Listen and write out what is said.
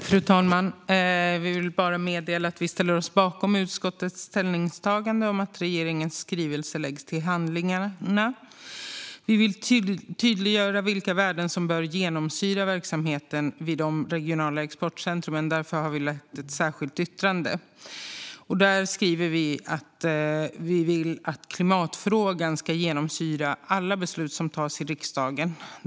Fru talman! Vi vill meddela att vi ställer oss bakom utskottets ställningstagande om att regeringens skrivelse ska läggas till handlingarna. Vi vill tydliggöra vilka värden som bör genomsyra verksamheten vid de regionala exportcentrumen, och därför har vi gjort ett särskilt yttrande. Där skriver vi att vi vill att klimatfrågan ska genomsyra alla beslut som tas i riksdagen.